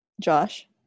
Josh